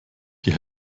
die